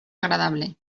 agradable